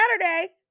Saturday